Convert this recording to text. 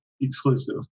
exclusive